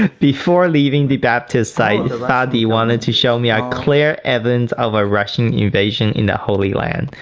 ah before leaving the baptist site, fadi wanted to show me a clear evidence of a russian invasion in holy land,